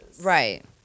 Right